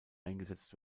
eingesetzt